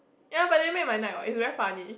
ya but they make my night what is very funny